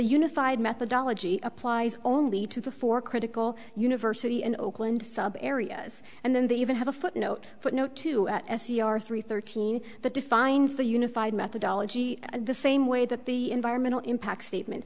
unified methodology applies only to the four critical university in oakland areas and then they even have a footnote footnote to s e r three thirteen that defines the unified methodology and the same way that the environmental impact statement